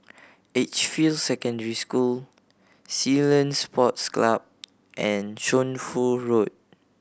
Edgefield Secondary School Ceylon Sports Club and Shunfu Road